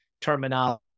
terminology